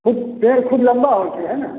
पेड़ खूब लम्बा होइ छै हय ने